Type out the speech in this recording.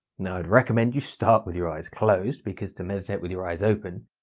now i would recommend you start with your eyes closed because to meditate with your eyes open